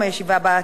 9),